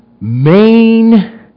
main